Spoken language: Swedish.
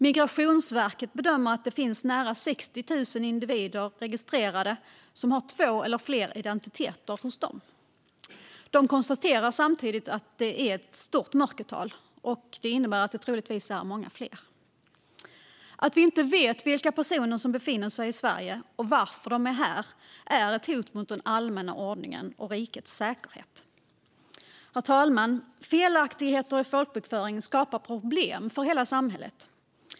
Migrationsverket bedömer att det finns nära 60 000 individer registrerade med två eller fler identiteter hos dem. De konstaterar samtidigt att det är ett stort mörkertal, och det innebär att det troligen är många fler. Att vi inte vet vilka personer som befinner sig i Sverige eller varför de är här är ett hot mot den allmänna ordningen och rikets säkerhet. Herr talman! Felaktigheter i folkbokföringen skapar problem för hela samhället.